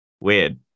weird